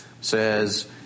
says